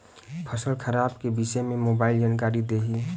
फसल खराब के विषय में मोबाइल जानकारी देही